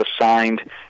assigned